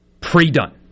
pre-done